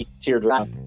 teardrop